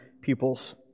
pupils